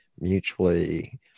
mutually